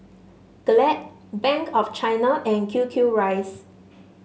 Glad Bank of China and Q Q rice